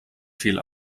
viel